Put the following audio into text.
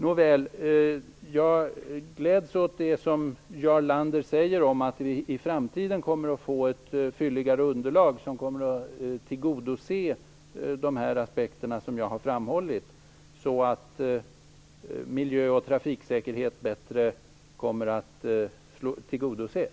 Nåväl, jag gläds åt det som Jarl Lander säger, att vi i framtiden kommer att få ett fylligare underlag som tillgodoser de aspekter som jag har framhållit, så att miljö och trafiksäkerhet bättre tillgodoses.